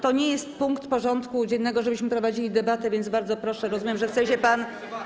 To nie jest punkt porządku dziennego, żebyśmy prowadzili debatę, więc bardzo proszę, rozumiem, że chce się pan.